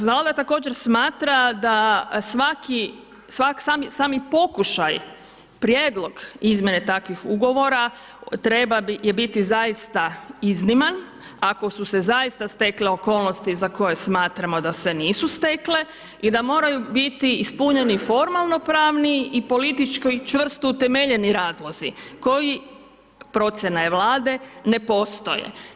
Vlada također smatra da svaki sami pokušaj prijedlog izmjene takvih ugovora treba je biti zaista izniman, ako su se zaista stekle okolnosti za koje smatramo da se nisu stekle i da moraju biti ispunjeni formalno-pravni i politički čvrsto utemeljeni razlozi koji, procjena je Vlade ne postoje.